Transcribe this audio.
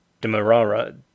Demerara